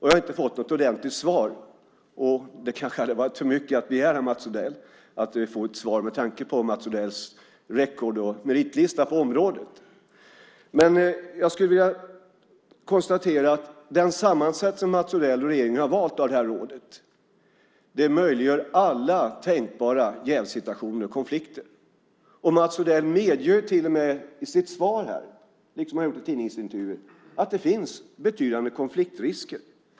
Jag har inte fått något ordentligt svar, och det kanske hade varit för mycket att begära att få ett svar med tanke på Mats Odells record och meritlista på området. Men jag skulle vilja konstatera att den sammansättning som Mats Odell och regeringen har valt för det här rådet möjliggör alla tänkbara jävssituationer och konflikter. Mats Odell medger ju till och med i sitt svar här, liksom han gjort i tidningsintervjuer, att det finns betydande konfliktrisker.